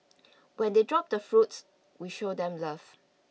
when they drop the fruits we show them love